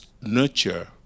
nurture